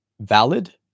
valid